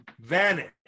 vanish